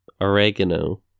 Oregano